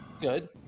good